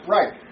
Right